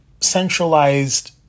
centralized